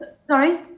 Sorry